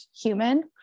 human